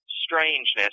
strangeness